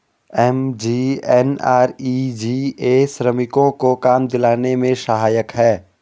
MGNREGA श्रमिकों को काम दिलाने में सहायक है